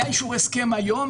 היה אישור הסכם היום